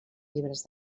llibres